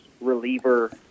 reliever